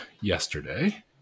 Yesterday